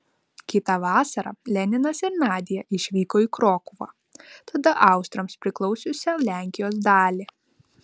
kitą vasarą leninas ir nadia išvyko į krokuvą tada austrams priklausiusią lenkijos dalį